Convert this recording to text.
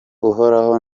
uhoraho